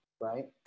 right